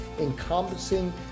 encompassing